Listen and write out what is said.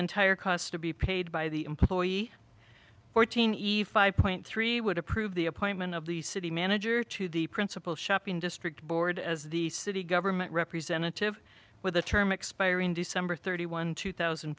entire cost to be paid by the employee fourteen point three would approve the appointment of the city manager to the principal shopping district board as the city government representative with the term expire in december thirty one two thousand